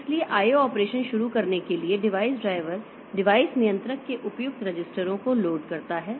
इसलिए I O operation शुरू करने के लिए डिवाइस ड्राइवर डिवाइस नियंत्रक के उपयुक्त रजिस्टरों को लोड करता है